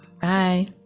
Bye